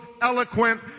eloquent